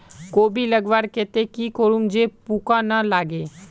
कोबी लगवार केते की करूम जे पूका ना लागे?